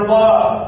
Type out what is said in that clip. love